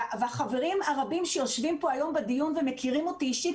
והחברים הרבים שיושבים פה היום בדיון ומכירים אותי אישית,